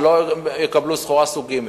שלא יקבלו סחורה סוג ג'.